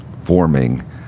forming